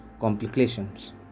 complications